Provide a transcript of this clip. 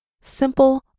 simple